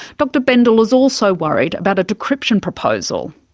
dr bendall is also worried about a decryption proposal.